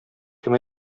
кем